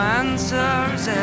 answers